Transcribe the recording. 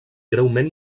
greument